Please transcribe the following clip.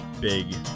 big